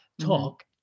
talk